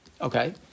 Okay